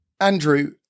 andrew